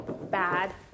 bad